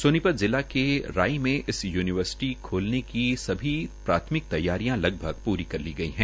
सोनीपत जिला के राई में इस यूनिवर्सिटी खोलने की सभी प्राथमिक तैयारियां लगभग पूरी कर ली गई है